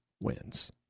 wins